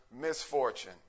misfortune